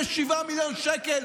נתתם 287 מיליון שקל,